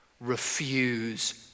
refuse